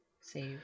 Save